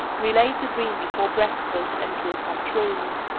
relate the dream before breakfast, and it will come true.